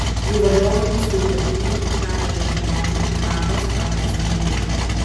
jų varžovai bus daugkartiniai portugalijos čempionai bragos abc žaidėjai